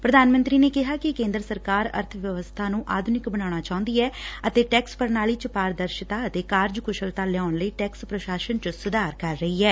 ਪ੍ਰਧਾਨ ਮੰਤਰੀ ਨੇ ਕਿਹਾ ਕਿ ਕੇਂਦਰ ਸਰਕਾਰ ਅਰਬ ਵਿਵਸਬਾ ਨੂੰ ਆਧੁਨਿਕ ਬਣਾਉਣਾ ਚਾਹੂੰਦੀ ਐ ਅਤੇ ਟੈਕਸ ਪੂਣਾਲੀ ਚ ਪਾਰਦਰਸ਼ਤਾ ਅਤੇ ਕਾਰਜ ਕੁਸ਼ਲਤਾ ਲਿਆਉਣ ਲਈ ਟੈਕਸ ਪੂਸ਼ਾਸਨ ਚ ਸੁਧਾਰ ਕਰ ਰਹੀ ਐ